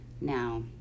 Now